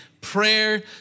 prayer